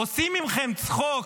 עושים מכם צחוק.